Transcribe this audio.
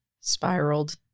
spiraled